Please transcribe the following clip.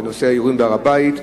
האירועים בהר-הבית,